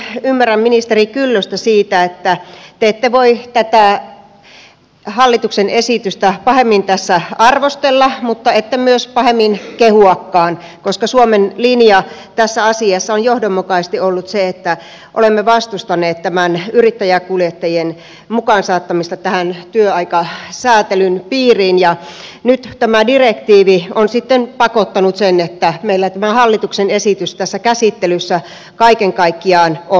ensinnäkin ymmärrän ministeri kyllöstä siinä että te ette voi tätä hallituksen esitystä pahemmin tässä arvostella mutta ette myös pahemmin kehuakaan koska suomen linja tässä asiassa on johdonmukaisesti ollut se että olemme vastustaneet yrittäjäkuljettajien mukaan saattamista tähän työaikasäätelyn piiriin ja nyt tämä direktiivi on sitten pakottanut sen että meillä tämä hallituksen esitys tässä käsittelyssä kaiken kaikkiaan on